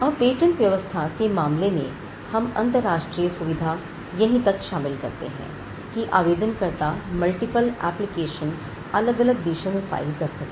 अब पेटेंट व्यवस्था के मामले में अंतरराष्ट्रीय सुविधा सिर्फ यहां तक है कि आवेदनकर्ता मल्टीपल एप्लीकेशन अलग अलग देशों में फाइल कर सकें